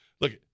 Look